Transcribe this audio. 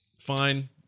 Fine